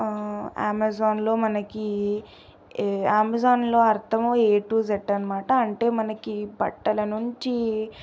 ఆమెజాన్లో మనకి అమెజాన్లో అర్థము ఏ టు జెడ్ అనమాట అంటే మనకి బట్టల నుంచి